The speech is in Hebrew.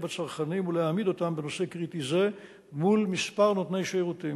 הצרכנים ולהעמיד אותם בנושא קריטי זה מול כמה נותני שירותים.